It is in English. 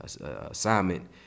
Assignment